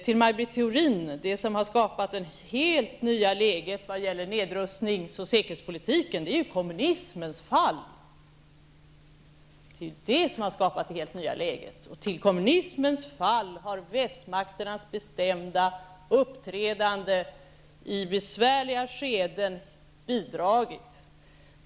Till Maj Britt Theorin vill jag säga att det som har skapat det helt nya läget när det gäller nedrustningsoch säkerhetspolitiken ju är kommunismens fall. Och till kommunismens fall har västmakternas bestämda uppträdande i besvärliga skeden bidragit.